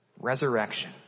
resurrection